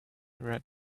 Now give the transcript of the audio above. red